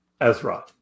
Ezra